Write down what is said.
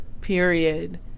period